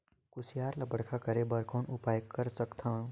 कुसियार ल बड़खा करे बर कौन उपाय कर सकथव?